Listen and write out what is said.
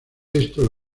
esto